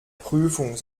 prüfung